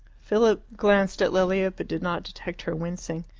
philip glanced at lilia but did not detect her wincing.